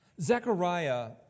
Zechariah